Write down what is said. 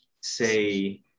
say